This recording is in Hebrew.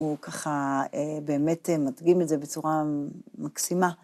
הוא ככה באמת מדגים את זה בצורה מקסימה.